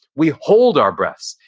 we hold our breaths,